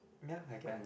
ya I guess